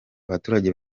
abaturage